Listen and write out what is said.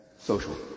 social